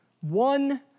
One